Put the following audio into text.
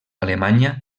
alemanya